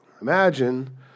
Imagine